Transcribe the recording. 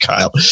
Kyle